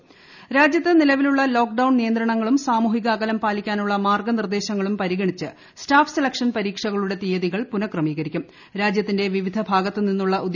കൃഷകൃഷക SSC രാജ്യത്ത് നിലവിലുള്ള lockdown നിയന്ത്രണങ്ങളും സാമൂഹിക അകലം പാലിക്കാനുള്ള മാർഗ്ഗനിർദ്ദേശങ്ങളും പരിഗണിച്ച് സ്റ്റാഫ് സെലക്ഷൻ പരീക്ഷകളുടെ തീയതികൾ രാജ്യത്തിന്റെ വിവിധ ഭാഗത്ത് നിന്നുള്ള പുനക്രമീകരിക്കും